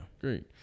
great